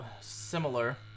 similar